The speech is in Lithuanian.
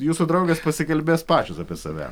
jūsų draugės pasikalbės pačios apie save